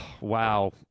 wow